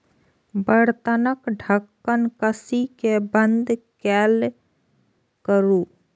बर्तनक ढक्कन कसि कें बंद कैल करू